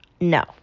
No